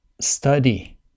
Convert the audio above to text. study